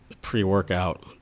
pre-workout